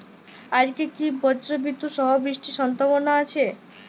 আজকে কি ব্রর্জবিদুৎ সহ বৃষ্টির সম্ভাবনা আছে?